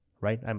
right